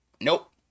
nope